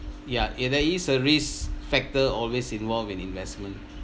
ya and there is a risk factor always involve in investment